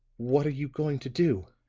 what are you going to do?